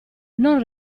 non